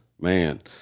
man